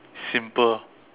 simple